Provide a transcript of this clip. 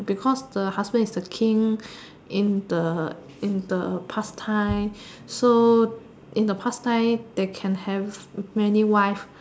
because the husband is the King in the in the past time so in the past time they can have many wife